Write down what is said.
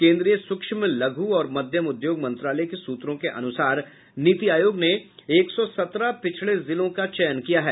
केंद्रीय सूक्ष्म लघू और मध्यम उद्योग मंत्रालय के सूत्रों के अनुसार नीति आयोग ने एक सौ सत्रह पिछड़े जिलों का चयन किया है